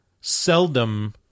seldom